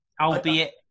albeit